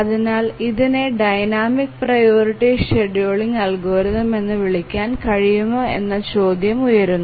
അതിനാൽ ഇതിനെ dynamic priority scheduling algorithm എന്ന് വിളിക്കാൻ കഴിയുമോ എന്ന ചോദ്യം ഉയരുന്നു